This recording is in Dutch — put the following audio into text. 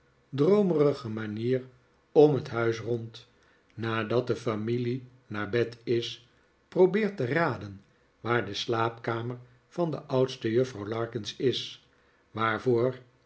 droomerige manier om het huis rond nadat de familie naar bed is probeer te raden waar de slaapkamer van de oudste juffrouw larkins is waarvoor